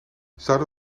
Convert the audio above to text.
zouden